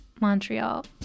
Montreal